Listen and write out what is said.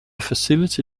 facility